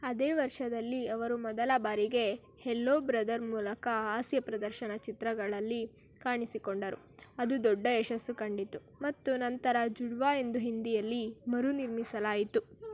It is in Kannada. ಅದೇ ವರ್ಷದಲ್ಲಿ ಅವರು ಮೊದಲ ಬಾರಿಗೆ ಹೆಲೋ ಬ್ರದರ್ ಮೂಲಕ ಹಾಸ್ಯಪ್ರದರ್ಶನ ಚಿತ್ರಗಳಲ್ಲಿ ಕಾಣಿಸಿಕೊಂಡರು ಅದು ದೊಡ್ಡ ಯಶಸ್ಸು ಕಂಡಿತು ಮತ್ತು ನಂತರ ಜುಡ್ವಾ ಎಂದು ಹಿಂದಿಯಲ್ಲಿ ಮರುನಿರ್ಮಿಸಲಾಯಿತು